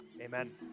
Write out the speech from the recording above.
Amen